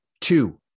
two